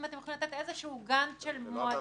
ואם אתם יכולים לתת איזשהו גאנט של מועדים.